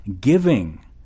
giving